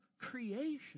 creation